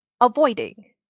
avoiding